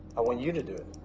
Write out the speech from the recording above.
i want you to do it.